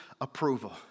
approval